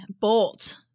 bolt